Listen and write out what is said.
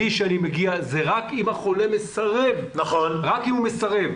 רק אם החולה מסרב להתפנות.